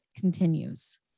continues